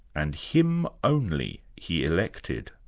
and him only he elected,